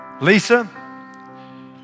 Lisa